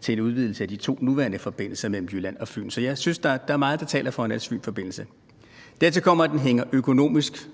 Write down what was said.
til en udvidelse af de to nuværende forbindelser mellem Jylland og Fyn. Så jeg synes, der er meget, der taler for en Als-Fyn-forbindelse. Dertil kommer, at den økonomisk måske